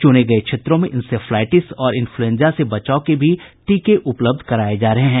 चुने गये क्षेत्रों में इनसेफेलाइटिस और इन्फ्लुएन्जा से बचाव के टीके भी उपलब्ध कराए जा रहे हैं